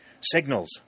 Signals